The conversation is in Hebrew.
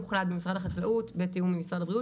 הוחלט במשרד החקלאות בתיאום עם משרד הבריאות,